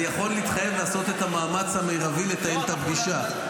אני יכול להתחייב לעשות את המאמץ המרבי לתאם את הפגישה.